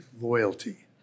loyalty